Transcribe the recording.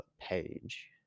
Page